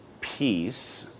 peace